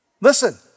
Listen